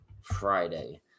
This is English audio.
Friday